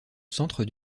centre